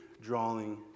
drawing